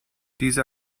diese